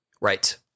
Right